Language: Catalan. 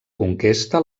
conquesta